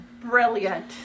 Brilliant